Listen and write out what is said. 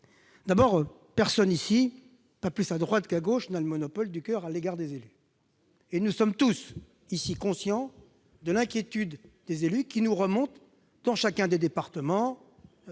D'abord, personne ici, pas plus à droite qu'à gauche, n'a le monopole du coeur à l'égard des élus. Nous sommes tous conscients de l'inquiétude de ces derniers. Elle remonte de chacun de nos départements,